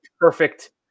perfect